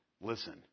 Listen